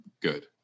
good